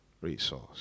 resource